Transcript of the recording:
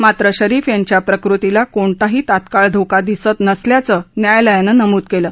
मात्र शरीफ यांच्या प्रकृतीला कोणताही तात्काळ धोका दिसत नसल्याचं न्यायालयानं नमूद केलं